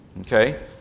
Okay